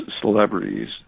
celebrities